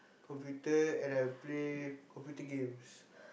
computer and I'll play computer games